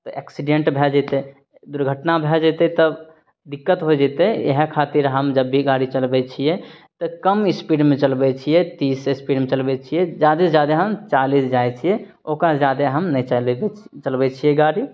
तऽ एक्सीडेंट भए जैतै दुर्घटना भए जेतै तब दिक्कत होइ जेतै इएह खातिर हम जब भी गाड़ी चलबै छियै तऽ कम एस्पीडमे चलबै छियै तीस एस्पीडमे चलबै छियै जादासँ जादा हम चालीस जाइ छियै ओकरा सँ जादा हम नहि चलेबै चलबै छियै गाड़ी